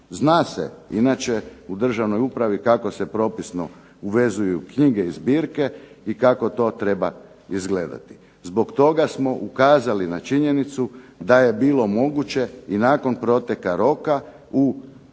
Zna se inače u državnoj upravi kako se propisno uvezuju knjige i zbirke i kako to treba izgledati. Zbog toga smo ukazali na činjenicu da je bilo moguće i nakon proteka roka u knjige